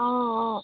অ অ